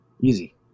Easy